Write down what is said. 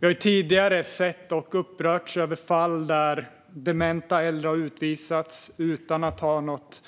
Vi har tidigare sett och upprörts av fall där dementa äldre har utvisats utan att ha något